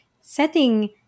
setting